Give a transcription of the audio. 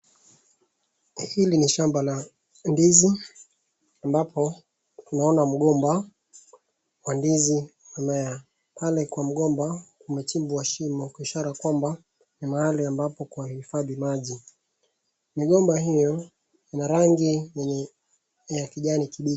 Hili ni shamba la ndizi ambapo tunaona mgomba wa ndizi unamea. Pale kwa mgomba kumechibwa shimo kwa ishara kwamba ni mahali ambapo kwa hifadhi maji. Migomba hiyo ina rangi ya kijani kimbichi.